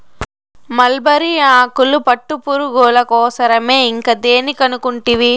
mulberry ఆకులు పట్టుపురుగుల కోసరమే ఇంకా దేని కనుకుంటివి